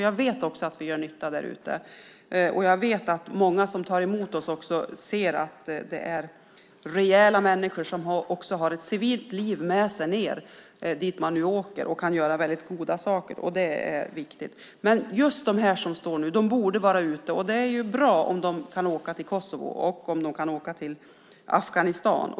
Jag vet att vi gör nytta därute. Jag vet att många som tar emot oss ser att det är rejäla människor som också har ett civilt liv med sig ned dit de åker. De kan göra väldigt goda saker, och det är viktigt. Just de som nu står redo borde vara ute. Det vore bra om de kunde åka till Kosovo och till Afghanistan.